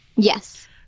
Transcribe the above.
yes